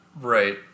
Right